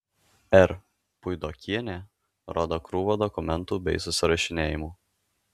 r puidokienė rodo krūvą dokumentų bei susirašinėjimų